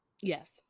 Yes